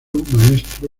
maestro